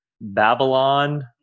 Babylon